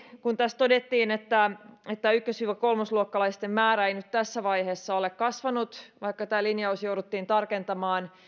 kun tässä todettiin että että ykkös viiva kolmas luokkalaisten määrä ei nyt tässä vaiheessa ole kasvanut vaikka tätä linjausta jouduttiin tarkentamaan